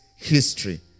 history